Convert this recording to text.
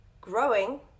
growing